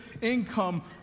income